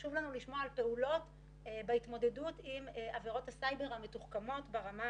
חשוב לנו לשמוע על פעולות בהתמודדות עם עבירות הסייבר המתוחכמות ברמה